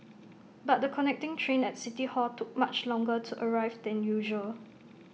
but the connecting train at city hall took much longer to arrive than usual